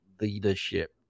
leadership